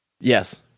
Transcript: Yes